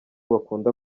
bakunda